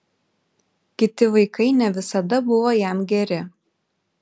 kiti vaikai ne visada buvo jam geri